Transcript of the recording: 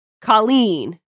Colleen